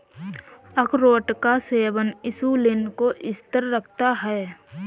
अखरोट का सेवन इंसुलिन को स्थिर रखता है